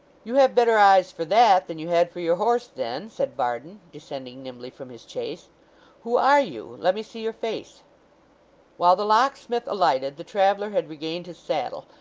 you have better eyes for that than you had for your horse, then said varden, descending nimbly from his chaise who are you? let me see your face while the locksmith alighted, the traveller had regained his saddle,